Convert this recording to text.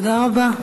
תודה רבה.